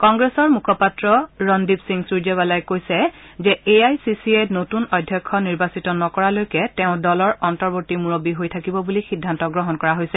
কংগ্ৰেছৰ মুখপাত্ৰ ৰণদীপ সিং সূৰ্যেৱালাই কৈছে যে এ আই চি চিয়ে নতুন অধ্যক্ষ নিৰ্বাচিত নকৰালৈকে তেওঁ দলৰ অন্তৰ্বতী মূৰববী হৈ থাকিব বুলি সিদ্ধান্ত গ্ৰহণ কৰা হৈছে